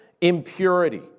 impurity